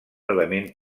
element